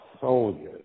soldiers